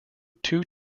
two